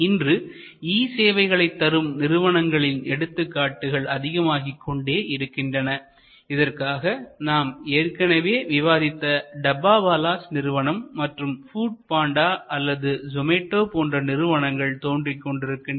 இன்று இ சேவைகளை தரும் நிறுவனங்களின் எடுத்துகாட்டுக்கள் அதிகமாகிக்கொண்டே இருக்கின்றன இதற்காக நாம் ஏற்கனவே விவாதித்த டப்பாவாலாஸ் நிறுவனம் மற்றும் ஃபுட் பாண்டா அல்லது சோமடோ போன்ற பல நிறுவனங்கள் தோன்றிக் கொண்டிருக்கின்றன